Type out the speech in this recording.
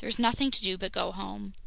there was nothing to do but go home.